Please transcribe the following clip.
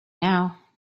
now